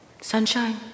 Sunshine